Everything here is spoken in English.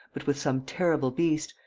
but with some terrible beast,